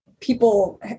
people